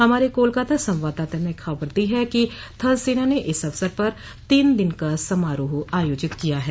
हमारे कोलकाता संवाददाता ने खबर दी है कि थलसेना ने इस अवसर पर तीन दिन का समारोह आयोजित किया है